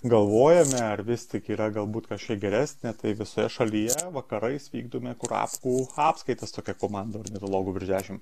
galvojame ar vis tik yra galbūt kažkiek geresnė tai visoje šalyje vakarais vykdome kurapkų apskaitas tokia komanda ornitologų virš dešim